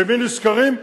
במי נזכרים?